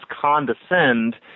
condescend